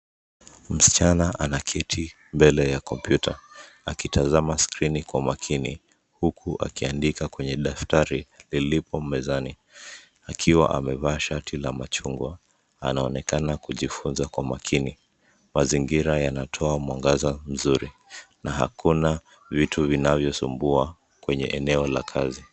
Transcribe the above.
Msichana anaketi mbele ya kompyuta akitazama skrini kwa makini huku akiandika kwenye daftari lilipo mezani akiwa amevaa shati la machungwa anaonekana kujifunza kwa makini. Mazingira yanatoa mwangaza mzuri na hakuna vitu vinavyosumbua kwenye eneo la kazi.